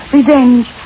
Revenge